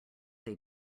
they